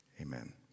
Amen